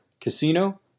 casino